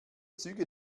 züge